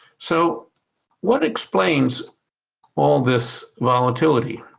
so what explains all this volatility?